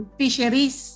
fisheries